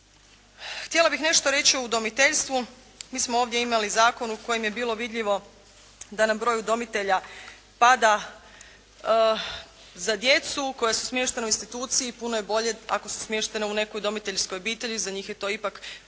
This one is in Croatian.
Htjela bih nešto reći o udomiteljstvu. Mi smo ovdje imali zakon u kojem je bilo vidljivo da nam broj udomitelja pada za djecu koja su smještena u instituciji, puno je bolje ako su smještena u nekoj udomiteljskoj obitelji, za njih je to ipak